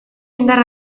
indar